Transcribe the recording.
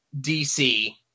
DC